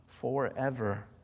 forever